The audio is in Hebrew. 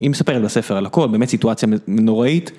היא מספרת בספר על הכל, באמת סיטואציה נוראית.